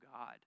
God